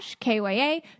KYA